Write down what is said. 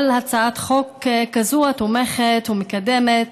כל הצעת חוק כזו, התומכת ומקדמת